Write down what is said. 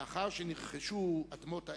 לאחר שנרכשו אדמות העמק,